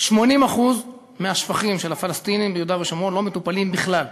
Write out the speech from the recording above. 80% מהשפכים של הפלסטינים ביהודה ושומרון לא מטופלים בכלל.